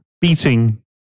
beating